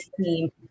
team